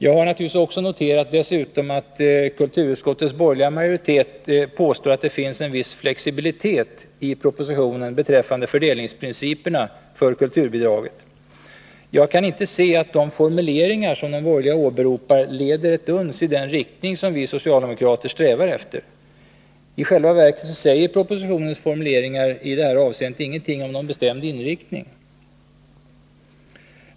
Jag har naturligtvis också noterat att kulturutskottets borgerliga majoritet påstår att det finns en viss flexibilitet i propositionen beträffande fördelningsprinciperna för kulturbidraget. Jag kan inte se att de formuleringar de borgerliga åberopar leder ett uns i den riktning vi socialdemokrater strävar. I själva verket säger propositionens formuleringar i detta avseende ingenting om någon bestämd inriktning.